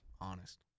honest